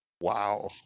Wow